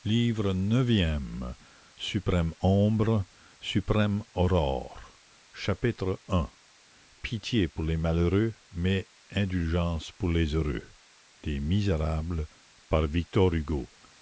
livre neuvième suprême ombre suprême aurore chapitre i pitié pour les malheureux mais indulgence pour les heureux